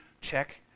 check